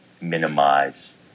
minimize